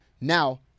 Now